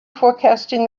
forecasting